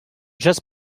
just